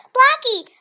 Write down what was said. Blackie